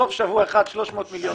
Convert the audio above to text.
סוף שבוע אחד, 300 מיליון שקלים.